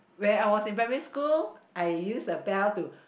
where I was in primary school I use the bell to